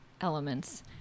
elements